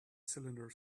cylinder